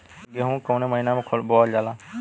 गेहूँ कवने महीना में बोवल जाला?